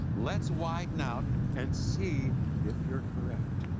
let's widen out and see if you are correct.